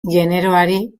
generoari